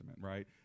right